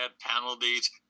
penalties